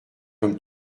comme